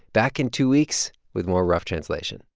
back in two weeks with more rough translation